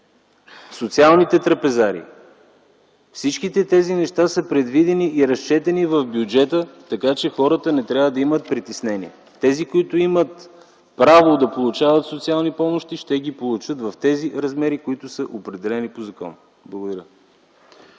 социалните трапезарии – всички тези неща са предвидени и разчетени в бюджета, така че хората не трябва да имат притеснения. Тези, които имат право да получават социални помощи, ще ги получат в размерите, определени по закон. Благодаря.